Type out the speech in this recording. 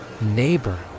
neighbor